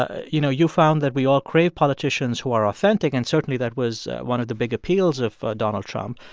ah you know, you found that we all crave politicians who are authentic, and certainly that was one of the big appeals of donald trump.